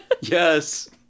Yes